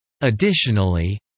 Additionally